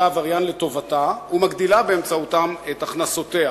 העבריין לטובתה ומגדילה באמצעותם את הכנסותיה.